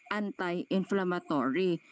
anti-inflammatory